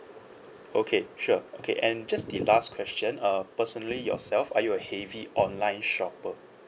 okay sure okay and just the last question uh personally yourself are you a heavy online shopper